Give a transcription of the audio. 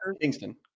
Kingston